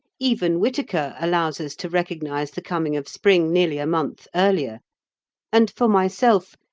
even whitaker allows us to recognise the coming of spring nearly a month earlier and for myself,